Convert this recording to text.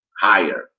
higher